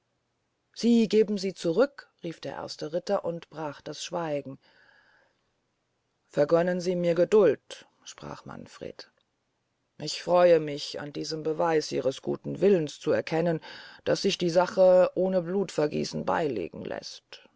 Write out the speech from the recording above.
sie geben sie zurück rief der erste ritter und brach das schweigen vergönnen sie mir geduld sprach manfred ich freue mich an diesem beweise ihres guten willens zu erkennen daß sich die sache ohne blutvergießen beylegen läßt